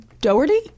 Doherty